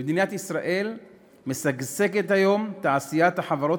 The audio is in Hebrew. במדינת ישראל משגשגת היום תעשיית החברות